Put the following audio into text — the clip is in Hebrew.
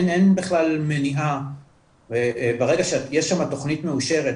אין בכלל מניעה ברגע שיש שם תכנית מאושרת,